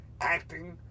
acting